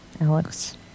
Alex